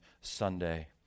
Sunday